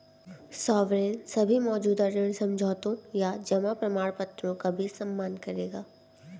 sovereign सभी मौजूदा ऋण समझौतों या जमा प्रमाणपत्रों का भी सम्मान करेगा